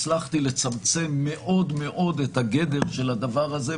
הצלחתי לצמצם מאוד מאוד את הגדר של הדבר הזה,